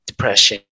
depression